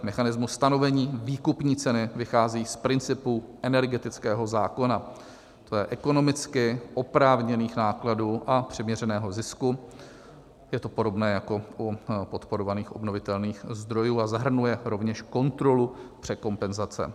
Mechanismus stanovení výkupní ceny vychází z principu energetického zákona, tj. ekonomicky oprávněných nákladů a přiměřeného zisku, je to podobné jako u podporovaných obnovitelných zdrojů, a zahrnuje rovněž kontrolu překompenzace.